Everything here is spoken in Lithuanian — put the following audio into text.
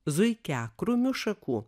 zuikiakrūmiu šakų